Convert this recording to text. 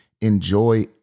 enjoy